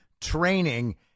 training